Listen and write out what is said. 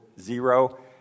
zero